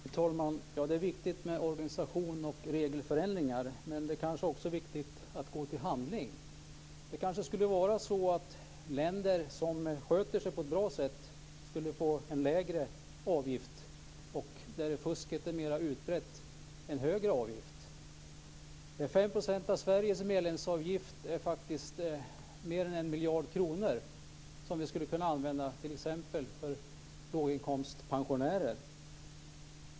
Fru talman! Det är viktigt med organisation och regelförändringar. Men det är kanske också viktigt att gå till handling. Det kanske skulle vara så att länder som sköter sig bra skulle få en lägre avgift, och de där fusket är mer utbrett en högre avgift. 5 % av Sveriges medlemsavgift är faktiskt mer än 1 miljard kronor som vi skulle kunna använda t.ex. för låginkomstpensionärer.